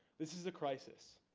this is a crisis.